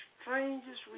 strangest